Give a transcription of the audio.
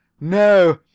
No